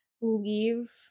leave